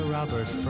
Robert